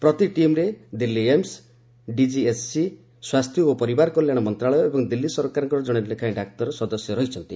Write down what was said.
ପ୍ରତି ଟିମ୍ରେ Delhi AIIMS DGHS ସ୍ୱାସ୍ଥ୍ୟ ଓ ପରିବାର କଲ୍ୟାଣ ମନ୍ତ୍ରଣାଳୟ ଏବଂ ଦିଲ୍ଲୀ ସରକାରଙ୍କର ଜଣେ ଲେଖାଏଁ ଡାକ୍ତର ସଦସ୍ୟ ରହିଛନ୍ତି